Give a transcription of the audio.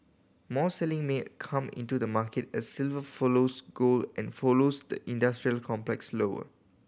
more selling may come into the market as silver follows gold and follows the industrial complex lower